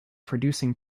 producing